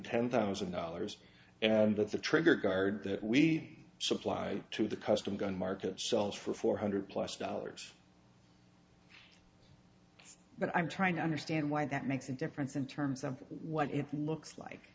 ten thousand dollars and that the trigger guard that we supply to the custom gun market sells for four hundred plus dollars but i'm trying to understand why that makes a difference in terms of what it looks like